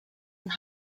und